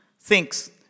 thinks